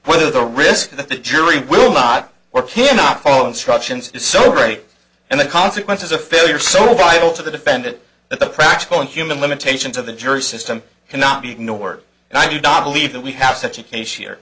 whether the risk that the jury will not or cannot follow instructions is so great and the consequences of failure so vital to the defendant the practical and human limitations of the jury system cannot be ignored and i do not believe that we have such a case here